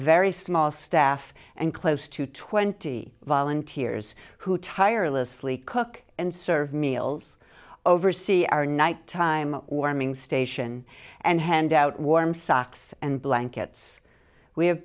very small staff and close to twenty volunteers who tirelessly cook and serve meals oversee our night time warming station and hand out warm socks and blankets we have